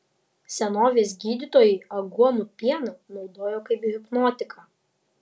senovės gydytojai aguonų pieną naudojo kaip hipnotiką